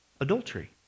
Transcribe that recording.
adultery